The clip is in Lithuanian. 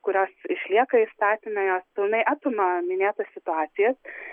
kurios išlieka įstatyme jos pilnai apima minėtas situacijas